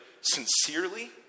sincerely